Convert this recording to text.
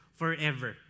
forever